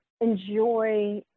enjoy